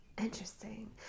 Interesting